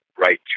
right